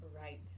right